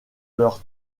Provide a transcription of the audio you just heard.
leur